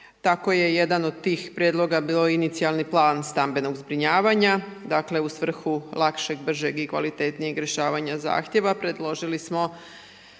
Tako je jedan od tih prijedloga bio inicijalni plan stambenog zbrinjavanja, dakle u svrhu lakšeg, bržeg i kvalitetnijeg rješavanja zahtjeva predložili smo